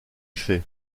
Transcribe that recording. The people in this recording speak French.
fait